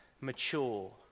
mature